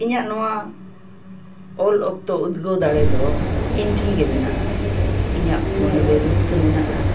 ᱤᱧᱟᱹᱜ ᱱᱚᱣᱟ ᱚᱞ ᱚᱠᱛᱚ ᱩᱫᱜᱟᱹᱣ ᱫᱟᱲᱮ ᱫᱚ ᱤᱧ ᱴᱷᱮᱱ ᱜᱮ ᱢᱮᱱᱟᱜᱼᱟ ᱤᱧᱟᱹᱜ ᱢᱚᱱᱮ ᱨᱮ ᱨᱟᱹᱥᱠᱟᱹ ᱢᱮᱱᱟᱜᱼᱟ